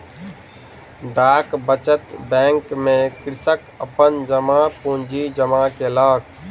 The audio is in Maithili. डाक बचत बैंक में कृषक अपन जमा पूंजी जमा केलक